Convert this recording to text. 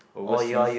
overseas